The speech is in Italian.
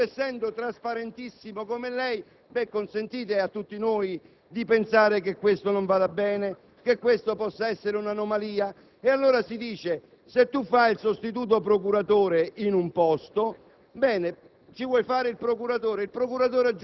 in un determinato ufficio probabilmente si crea troppi legami con la città in cui vive, ovvero, in qualche modo, assume un potere che va al di là di quello specifico legato